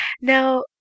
Now